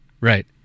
Right